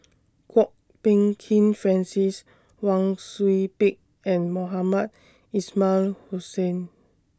Kwok Peng Kin Francis Wang Sui Pick and Mohamed Ismail Hussain